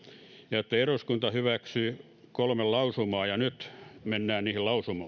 ja että eduskunta hyväksyy kolme lausumaa ja nyt mennään niihin lausumiin